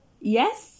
Yes